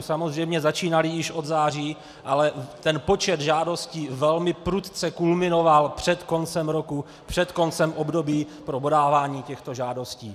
Samozřejmě začínaly již od září, ale počet žádostí velmi prudce kulminoval před koncem roku, před koncem období pro podávání těchto žádostí.